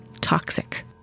toxic